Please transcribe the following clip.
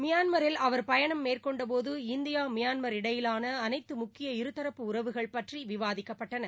மியான்மரில் அவர் பயணம் மேற்கொண்டபோது இந்தியாமியான்மர் இடையிலானஅனைத்தமுக்கிய இருதரப்பு உறவுகள் பற்றிவிவாதிக்கப்பட்டன